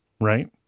right